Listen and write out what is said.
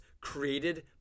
created